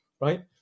right